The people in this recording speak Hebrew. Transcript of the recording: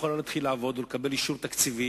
שום רשות לא יכולה להתחיל לעבוד ולקבל אישור תקציבי